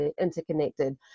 interconnected